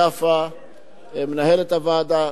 יפה מנהלת הוועדה,